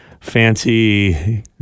fancy